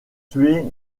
tuer